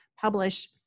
publish